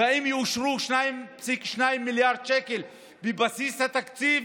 והאם יאושרו 2.2 מיליארד שקל בבסיס התקציב?